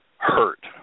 hurt